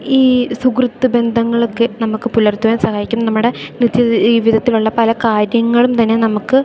ഈ സുഹൃത്ത് ബന്ധങ്ങളൊക്കെ നമുക്ക് പുലർത്തുവാൻ സഹായിക്കും നമ്മുടെ നിത്യ ജീവിതത്തിലുള്ള പല കാര്യങ്ങളും തന്നെ നമുക്ക്